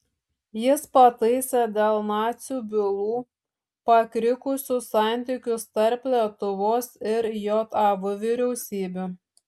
jis pataisė dėl nacių bylų pakrikusius santykius tarp lietuvos ir jav vyriausybių